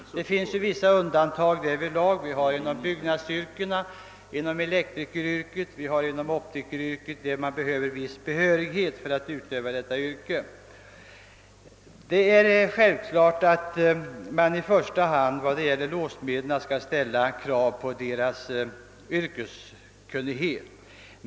Därvidlag råder en del undantag inom byggnadsyrket, elektrikeryrket och optikeryrket, där viss behörighet erforras. Vad gäller låssmederna skall man självfallet i första hand ställa krav på deras yrkeskunnighet.